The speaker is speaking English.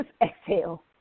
exhale